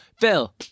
Phil